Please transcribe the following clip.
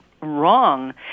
wrong